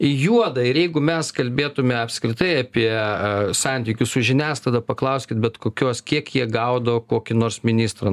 juoda ir jeigu mes kalbėtume apskritai apie santykius su žiniasklaida paklauskit bet kokios kiek jie gaudavo kokį nors ministrą